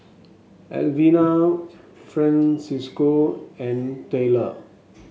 Alvena Francisco and Tylor